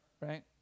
right